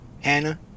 Hannah